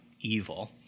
evil